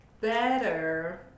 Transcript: better